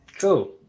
Cool